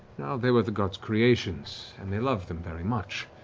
now, they were the gods' creations and they loved them very much,